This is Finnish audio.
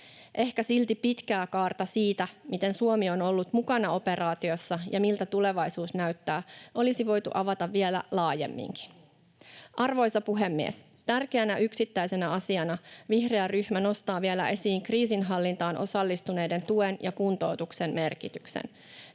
Ehkä silti pitkää kaarta siitä, miten Suomi on ollut mukana operaatiossa ja miltä tulevaisuus näyttää, olisi voitu avata vielä laajemminkin. Arvoisa puhemies! Tärkeänä yksittäisenä asiana vihreä ryhmä nostaa vielä esiin kriisinhallintaan osallistuneiden tuen ja kuntoutuksen merkityksen.